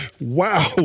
Wow